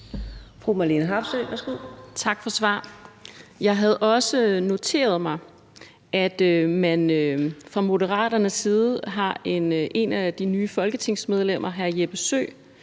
Jeg havde også noteret mig, at man i Moderaternes har et af de nye folketingsmedlemmer, hr. Jeppe Søe,